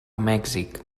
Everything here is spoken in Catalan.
mèxic